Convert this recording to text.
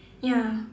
ya